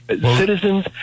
Citizens